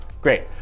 Great